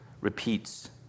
repeats